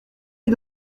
les